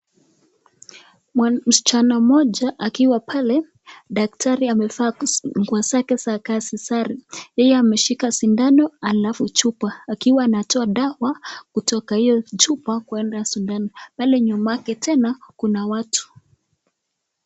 Msichana moja akiwa pale daktari amevaa nguo zake sare zake za kazi. Yeye ameshika sindano alafu chupa akiwa anatoa dawa kutoka kwa hiyo chupa kuenda kwa sindano. Pale nyuma yake tena kuna watu.